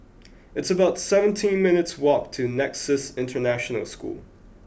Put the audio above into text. it's about seventeen minutes' walk to Nexus International School